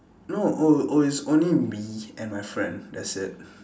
no oh oh it's only me and my friend that's it